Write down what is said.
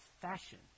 fashion